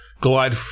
glide